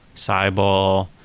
seibel.